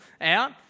out